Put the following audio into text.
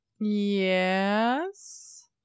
Yes